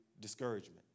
discouragement